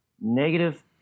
negative